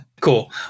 cool